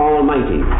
Almighty